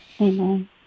Amen